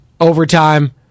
Overtime